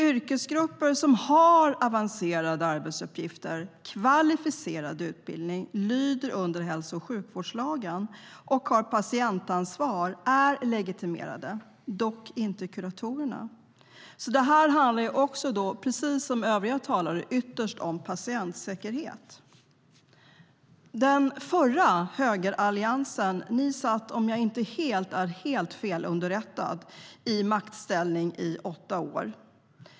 Yrkesgrupper som har avancerade arbetsuppgifter, kvalificerad utbildning, lyder under hälso och sjukvårdslagen och har patientansvar är legitimerade, dock inte kuratorerna. Precis som andra talare sagt handlar detta ytterst om patientsäkerhet. Den förra högeralliansen satt, om jag inte är helt felunderrättad, i maktställning i åtta år.